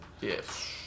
Yes